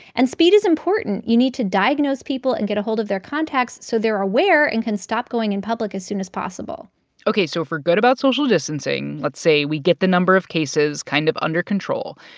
and speed is important. you need to diagnose people and get ahold of their contacts so they're aware and can stop going in public as soon as possible ok. so if we're good about social distancing let's say we get the number of cases kind of under control,